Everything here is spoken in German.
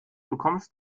bekommst